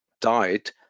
died